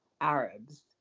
Arabs